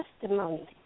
testimony